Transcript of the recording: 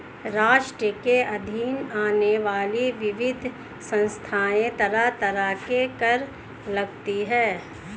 राष्ट्र के अधीन आने वाली विविध संस्थाएँ तरह तरह के कर लगातीं हैं